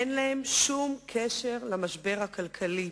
אין להן שום קשר למשבר הכלכלי.